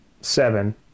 seven